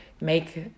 make